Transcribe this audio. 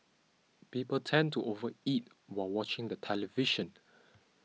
people tend to over eat while watching the television